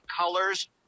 colors